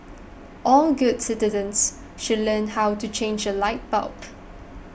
all good citizens should learn how to change a light bulb